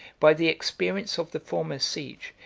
by the experience of the former siege,